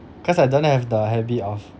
cause I don't have the habit of